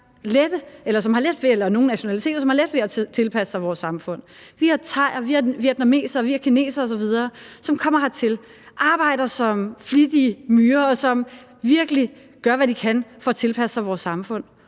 og nogle nationaliteter, som har let ved at tilpasse sig vores samfund. Vi har thaier, vi har vietnamesere, vi har kinesere osv., som kommer hertil, som arbejder som flittige myrer, og som virkelig gør, hvad de kan, for at tilpasse sig vores samfund.